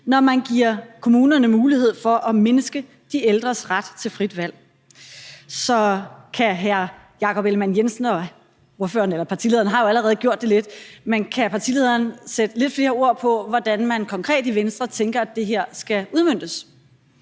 når man giver kommunerne mulighed for at mindske de ældres ret til frit valg. Så kan hr. Jakob Ellemann-Jensen – partilederen har jo allerede gjort det lidt – sætte lidt flere ord på, hvordan man konkret i Venstre tænker det her skal udmøntes?